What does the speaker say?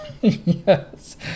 Yes